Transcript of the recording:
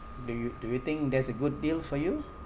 do you do you think that's a good deal for you